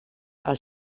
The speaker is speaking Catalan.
els